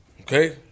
Okay